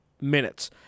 minutes